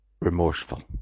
remorseful